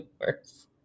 worse